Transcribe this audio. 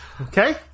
Okay